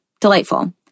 Delightful